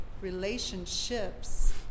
relationships